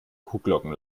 kuhglocken